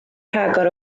rhagor